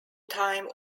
time